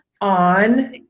On